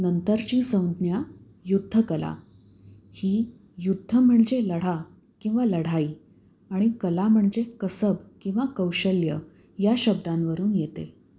नंतरची संज्ञा युद्ध कला ही युद्ध म्हणजे लढा किंवा लढाई आणि कला म्हणजे कसब किंवा कौशल्य या शब्दांवरून येते